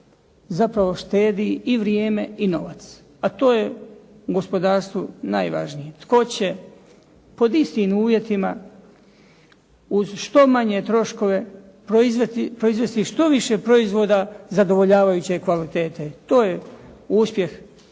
zapravo štedi i vrijeme i novac a to je u gospodarstvu najvažnije, tko će pod istim uvjetima u što manje troškova proizvesti što više proizvoda zadovoljavajuće kvalitete. To je uspjeh,